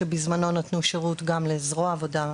שבזמנו נתנו שירות גם לזרוע העבודה,